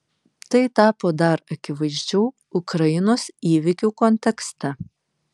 tai tapo dar akivaizdžiau ukrainos įvykių kontekste